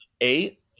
eight